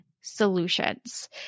Solutions